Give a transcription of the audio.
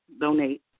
donate